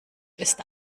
ist